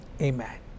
Amen